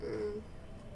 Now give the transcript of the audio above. mm